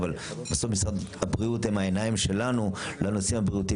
בסוף משרד הבריאות הם העיניים שלנו לנושא הבריאותי